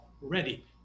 ready